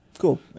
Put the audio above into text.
Cool